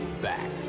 back